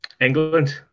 England